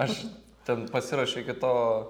aš ten pasirašai iki to